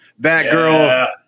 Batgirl